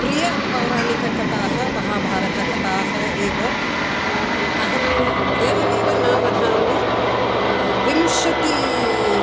प्रियाः पौराणिककथाः महाभारतकथाः एव अहम् एवमेव न वदामि विंशतिः